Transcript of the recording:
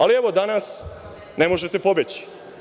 Ali, evo danas ne možete pobeći.